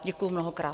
Děkuji mnohokrát.